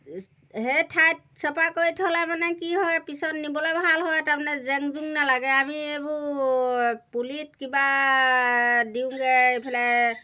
সেই ঠাইত চাফা কৰি থ'লে মানে কি হয় পিছত নিবলৈ ভাল হয় তাৰমানে জেং জোং নালাগে আমি এইবোৰ পুলিত কিবা দিওঁগৈ এইফালে